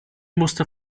musste